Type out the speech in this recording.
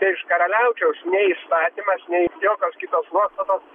tai iš karaliaučiaus nei įstatymas nei jokios kitos nuostatos